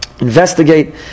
investigate